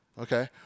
Okay